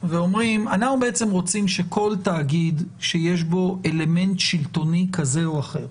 ואומרים שאנחנו בעצם רוצים שכל תאגיד שיש בו אלמנט שלטוני כזה או אחר,